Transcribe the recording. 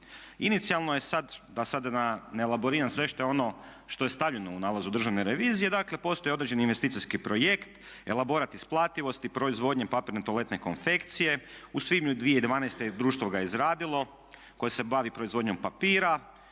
Inicijalno je sad da ne elaboriram sve što je stavljeno u nalazu Državne revizije, dakle postoje određeni investicijski projekt, elaborat isplativosti proizvodnje papirne toaletne konfekcije. U svibnju 2012. društvo ga je izradilo koje se bavi proizvodnjom papira.